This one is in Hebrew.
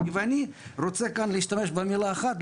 ואני רוצה כאן להשתמש במילה אחת,